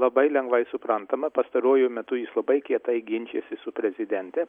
labai lengvai suprantama pastaruoju metu jis labai kietai ginčijasi su prezidente